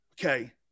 Okay